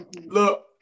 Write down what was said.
Look